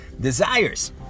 desires